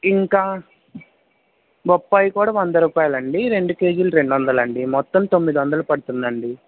ఇంకా బొప్పాయి కూడా వంద రుపాయలండి రెండు కేజీలు రెండొందలండి మొత్తం తొమ్మిదొందలు పడుతుందండి